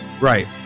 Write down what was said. Right